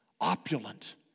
opulent